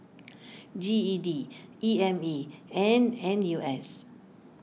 G E D E M A and N U S